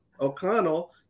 O'Connell